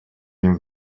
ним